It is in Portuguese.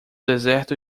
deserto